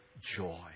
joy